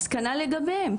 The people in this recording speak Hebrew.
אז כנ"ל לגביהם,